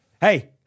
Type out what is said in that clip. Hey